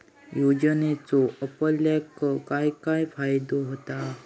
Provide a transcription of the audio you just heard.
योजनेचो आपल्याक काय काय फायदो होता?